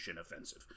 offensive